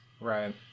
right